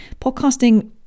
podcasting